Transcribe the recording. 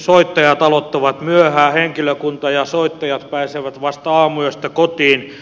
soittajat aloittavat myöhään henkilökunta ja soittajat pääsevät vasta aamuyöstä kotiin